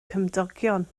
cymdogion